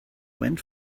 went